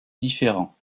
différents